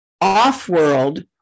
off-world